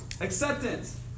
acceptance